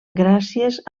gràcies